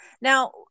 Now